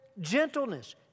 gentleness